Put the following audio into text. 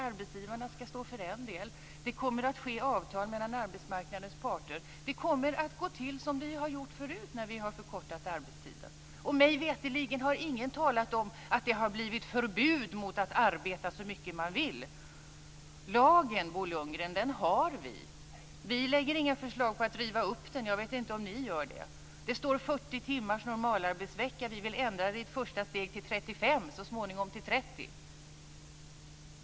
Arbetsgivarna ska stå för en del. Det kommer att ske avtal mellan arbetsmarknadens parter. Det kommer att gå till som det har gjort förut när vi har förkortat arbetstiden. Mig veterligen har ingen talat om att det har blivit förbud mot att arbeta så mycket man vill. Vi har lagen, Bo Lundgren. Vi lägger inte fram några förslag om att riva upp den. Jag vet inte om ni gör det. Det står 40 timmars normalarbetsvecka. Vi vill ändra det i ett första steg till 35 timmar, så småningom till 30.